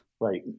Right